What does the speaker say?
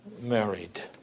married